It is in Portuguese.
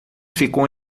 ficou